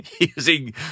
using